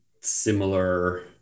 similar